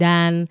Dan